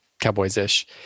Cowboys-ish